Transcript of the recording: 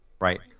right